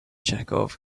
chekhov